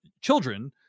children